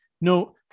no